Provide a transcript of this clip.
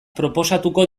proposatuko